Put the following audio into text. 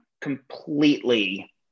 completely